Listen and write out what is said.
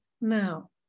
now